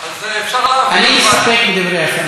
אני מסתפק בדברי השר.